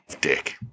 Dick